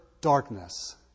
darkness